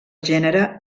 gènere